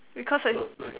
because I